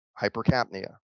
hypercapnia